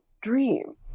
dream